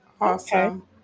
Awesome